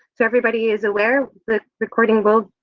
so, everybody is aware that recording will,